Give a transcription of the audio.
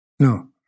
No